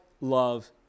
love